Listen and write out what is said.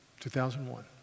2001